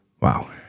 Wow